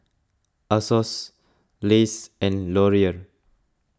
Asos Lays and Laurier